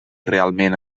realment